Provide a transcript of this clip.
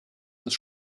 das